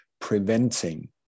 preventing